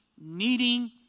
needing